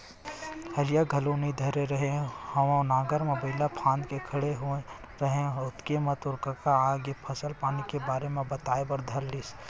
हरिया घलोक नइ धरे रेहे हँव नांगर म बइला फांद के खड़ेच होय रेहे हँव ओतके म तोर कका आगे फसल पानी के बारे म बताए बर धर लिस